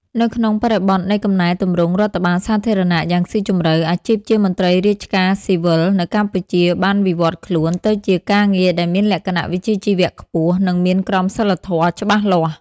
នៅក្នុងបរិបទនៃកំណែទម្រង់រដ្ឋបាលសាធារណៈយ៉ាងស៊ីជម្រៅ អាជីពជាមន្ត្រីរាជការស៊ីវិលនៅកម្ពុជាបានវិវត្តខ្លួនទៅជាការងារដែលមានលក្ខណៈវិជ្ជាជីវៈខ្ពស់ និងមានក្រមសីលធម៌ច្បាស់លាស់។